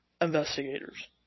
investigators